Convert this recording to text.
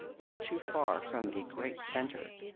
not too far from a great centre.